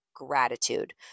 gratitude